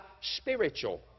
spiritual